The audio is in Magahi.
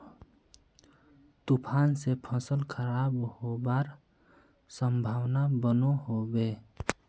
तूफान से फसल खराब होबार संभावना बनो होबे?